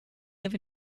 live